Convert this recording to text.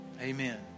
amen